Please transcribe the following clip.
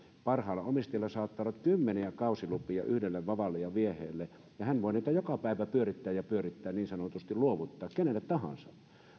parhailla omistajilla saattaa olla kymmeniä kausilupia yhdelle vavalle ja vieheelle ja hän voi niitä joka päivä niin sanotusti pyörittää ja pyörittää luovuttaa kenelle tahansa